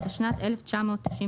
התשנ"ט 1999,